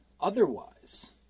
Otherwise